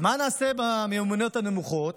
אז מה נעשה במיומנויות הנמוכות?